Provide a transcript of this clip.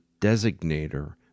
designator